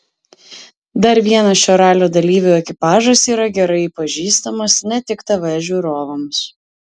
dar vienas šio ralio dalyvių ekipažas yra gerai pažįstamas ne tik tv žiūrovams